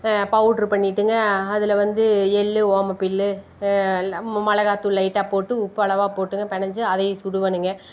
powder பண்ணிட்டுங்க அதில் வந்து எள் ஓம பில்லு எல்லாம் மிளகாத்தூள் லைட்டாக போட்டு உப்பு அளவாக போட்டுங்க பெசஞ்சி அதையும் சுடுவேனுங்க